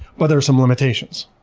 but there are some limitations.